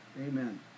amen